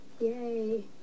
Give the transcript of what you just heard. Yay